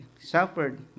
suffered